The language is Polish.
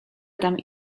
tam